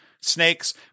snakes